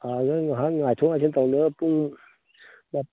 ꯑꯥꯗ ꯉꯥꯏꯍꯥꯛ ꯉꯥꯏꯊꯣꯛ ꯉꯥꯏꯁꯤꯟ ꯇꯧꯅꯔ ꯄꯨꯡ